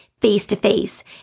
face-to-face